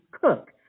Cook